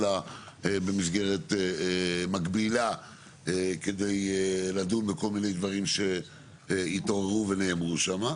אלא במסגרת מקבילה כדי לדון בכל מיני דברים שהתעוררו ונאמרו שם.